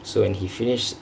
so when he finish